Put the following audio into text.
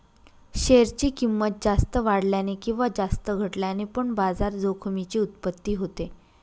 share ची किंमत जास्त वाढल्याने किंवा जास्त घटल्याने पण बाजार जोखमीची उत्पत्ती होते